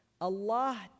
Allah